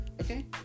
okay